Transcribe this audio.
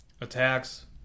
attacks